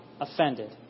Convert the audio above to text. offended